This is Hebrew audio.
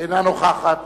אינה נוכחת